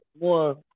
more